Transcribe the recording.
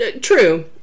True